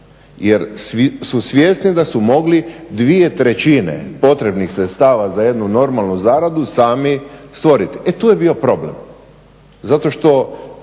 jer su svjesni da su mogli 2/3 potrebnih sredstava za jednu normalnu zaradu sami stvoriti. E tu je bio problem, zato što